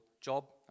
job